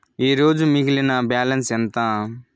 ఈరోజు మిగిలిన బ్యాలెన్స్ ఎంత?